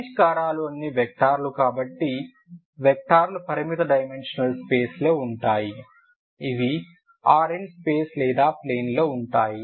పరిష్కారాలు అన్ని వెక్టర్లు కాబట్టి వెక్టర్లు పరిమిత డైమెన్షనల్ స్పేస్లో ఉంటాయి అవి Rnస్పేస్ లేదా ప్లేన్ లో ఉంటాయి